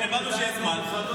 הבנו שיש זמן.